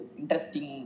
interesting